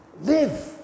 Live